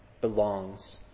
belongs